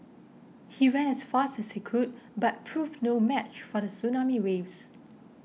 he ran as fast as he could but proved no match for the tsunami waves